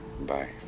bye